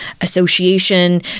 association